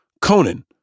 Conan